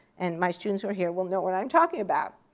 and my students who are here will know what i'm talking about.